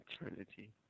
Eternity